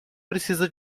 precisa